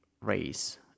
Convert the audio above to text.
race